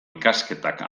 ikasketak